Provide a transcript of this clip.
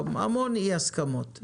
היו המון אי-הסכמות.